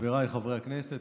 חבריי חברי הכנסת,